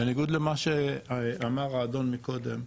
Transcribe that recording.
בניגוד למה שאמר האדון מקודם,